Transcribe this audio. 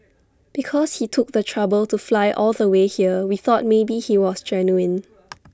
because he took the trouble to fly all the way here we thought maybe he was genuine